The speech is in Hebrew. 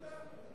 תפצל במידה.